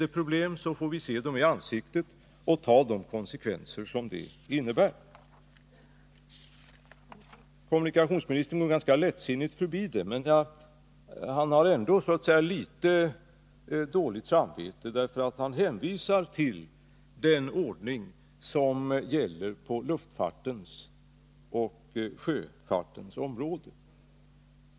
Då kan vi se problemen i ansiktet och ta konsekvenserna av dem. Kommunikationsministern går ganska lättsinnigt förbi detta. Men han verkar ändå ha litet dåligt samvete. Han hänvisar ju till den ordning som gäller på luftfartens och sjöfartens område.